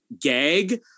gag